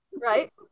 Right